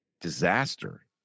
disaster